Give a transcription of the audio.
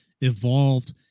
evolved